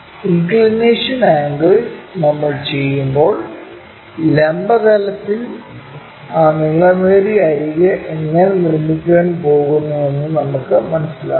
inclination angle നമ്മൾ ചെയ്യുമ്പോൾ ലംബ തലത്തിൽ ആ നീളമേറിയ അരിക് എങ്ങനെ നിർമ്മിക്കാൻ പോകുന്നുവെന്ന് നമുക്ക് മനസ്സിലാക്കാനാകും